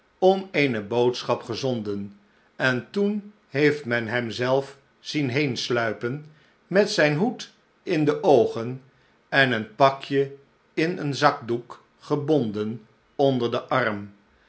om eene boodschap gezonden en toen heeft men hem zelf zien heensluipen met zijn hoed in de oogen en een pakje in een zakdoek gebonden onder den arm